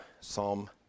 Psalm